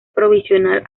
provisional